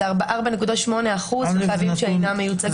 זה 4.8 אחוזים שאינם מיוצגים.